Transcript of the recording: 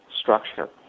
structure